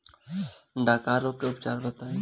डकहा रोग के उपचार बताई?